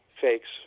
fakes